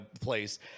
place